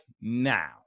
now